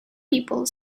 people